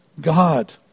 God